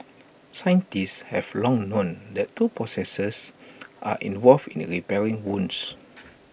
scientists have long known that two processes are involved in repairing wounds